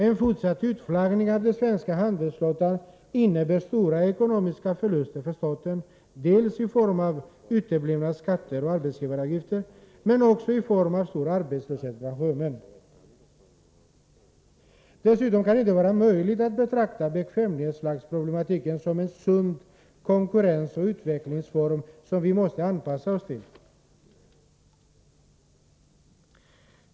En fortsatt utflaggning av den svenska handelsflottan innebär stora ekonomiska förluster för staten, dels i form av uteblivna skatter och arbetsgivaravgifter, dels också i form av stor arbetslöshet bland sjömän. Dessutom är det inte möjligt att betrakta bekvämlighetsflagg som en sund utvecklingsform, som vi måste anpassa oss till.